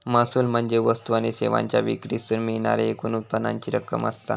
महसूल म्हणजे वस्तू आणि सेवांच्यो विक्रीतसून मिळणाऱ्या एकूण उत्पन्नाची रक्कम असता